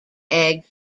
eggs